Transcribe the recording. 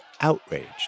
outraged